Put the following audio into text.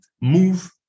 move